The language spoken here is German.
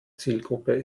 zielgruppe